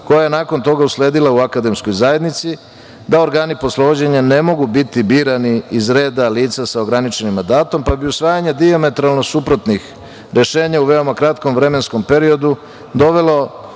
koja je nakon toga usledila u akademskoj zajednici, da organi poslovođenja ne mogu biti birani iz reda lica sa ograničenim mandatom, pa bi usvajanje dijametralno suprotnih rešenja u veoma kratkom vremenskom periodu dovelo,